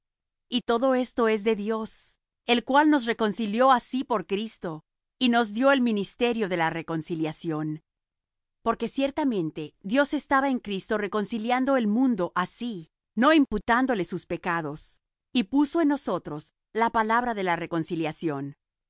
y todo esto es de dios el cual nos reconcilió á sí por cristo y nos dió el ministerio de la reconciliación porque ciertamente dios estaba en cristo reconciliando el mundo á sí no imputándole sus pecados y puso en nosotros la palabra de la reconciliación